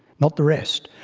not the rest.